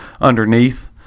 underneath